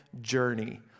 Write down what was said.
journey